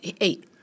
Eight